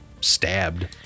stabbed